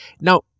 Now